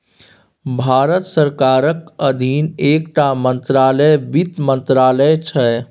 भारत सरकारक अधीन एकटा मंत्रालय बित्त मंत्रालय छै